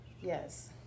Yes